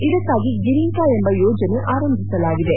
ಇದಕ್ಷಾಗಿ Girinka ಎಂಬ ಯೋಜನೆ ಆರಂಭಿಸಲಾಗಿದೆ